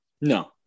No